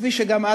וכפי שגם את,